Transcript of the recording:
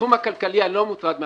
בתחום הכלכלי אני לא מוטרד מההדלפות,